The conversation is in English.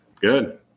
good